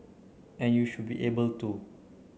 and you should be able to